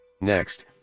Next